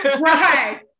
right